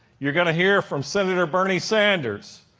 you're gonna hear from senator bernie sanders,